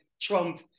Trump